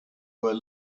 were